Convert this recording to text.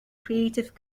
creative